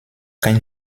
kein